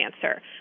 cancer